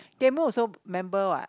Gem-Boon also member what